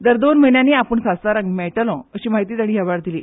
दर दोन म्हयन्यांनी आपूण खासदारांक मेळटलो अशी म्हायती तांणी ह्या वेळार दिली